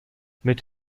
mit